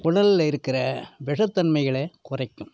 குடலில் இருக்கிற விஷத் தன்மைகளை குறைக்கும்